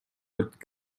looked